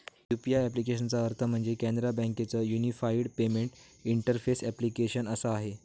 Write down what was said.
UPI ॲप्लिकेशनचा अर्थ म्हणजे, कॅनरा बँके च युनिफाईड पेमेंट इंटरफेस ॲप्लीकेशन असा आहे